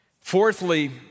Fourthly